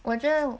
我觉得